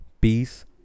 peace